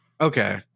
Okay